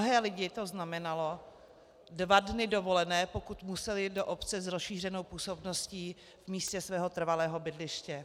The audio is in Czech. Pro mnohé lidi to znamenalo dva dny dovolené, pokud museli do obce s rozšířenou působností v místě svého trvalého bydliště.